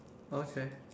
okay